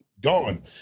gone